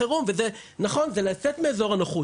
חודשים לשתי יחידות ו-20 חודשים לשתי יחידות נוספות,